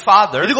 Father